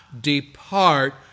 depart